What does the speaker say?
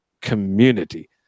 community